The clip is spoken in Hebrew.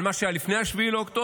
על מה שהיה לפני 7 באוקטובר,